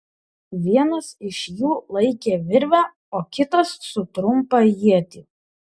vienas iš jų laikė virvę o kitas su trumpą ietį